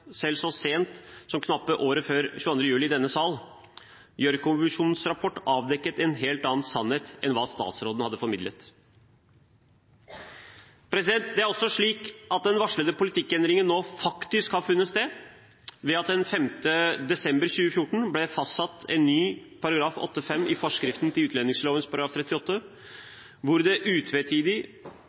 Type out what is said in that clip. så sent som knappe året før 22. juli i denne sal. Gjørv-kommisjonens rapport avdekket en helt annen sannhet enn hva statsråden hadde formidlet. Det er også slik at den varslede politikkendringen nå faktisk har funnet sted ved at det den 5. desember 2014 ble fastsatt en ny § 8-5 i forskriften til utlendingsloven § 38, hvor det